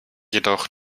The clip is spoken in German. jedoch